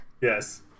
Yes